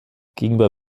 gegenüber